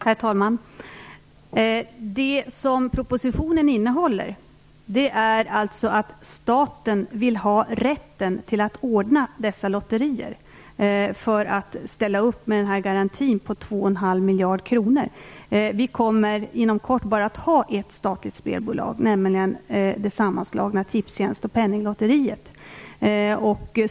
Herr talman! Propositionen går ut på att staten vill ha rätten till att anordna detta lotteri för att ställa upp med garantin på 2,5 miljarder kronor. Vi kommer inom kort att ha bara ett spelbolag, nämligen det sammanslagna Tipstjänst och Penninglotteriet.